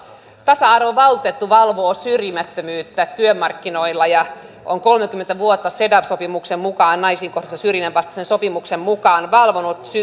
tasa arvovaltuutettu valvoo syrjimättömyyttä työmarkkinoilla ja on kolmekymmentä vuotta cedaw sopimuksen naisiin kohdistuvan syrjinnän vastaisen sopimuksen mukaan valvonut